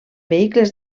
vehicles